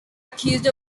accused